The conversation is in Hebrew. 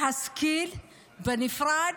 להשכיל בנפרד,